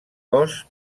cos